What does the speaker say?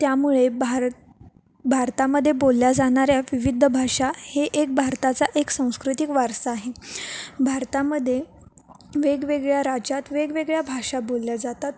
त्यामुळे भारत भारतामध्ये बोलल्या जाणाऱ्या विविध भाषा हे एक भारताचा एक सांस्कृतिक वारसा आहे भारतामध्ये वेगवेगळ्या राज्यात वेगवेगळ्या भाषा बोलल्या जातात